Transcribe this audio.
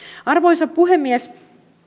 arvoisa puhemies